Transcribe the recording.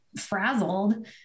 frazzled